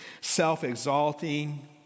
self-exalting